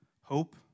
Hope